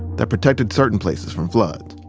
that protected certain places from floods.